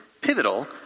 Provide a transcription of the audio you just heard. pivotal